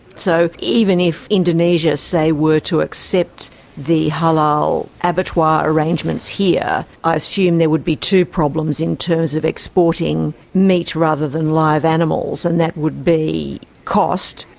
so even if indonesia, say, were to accept the halal abattoir arrangements here, i assume there would be two problems in terms of exporting meat rather than live animals and that would be cost,